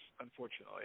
unfortunately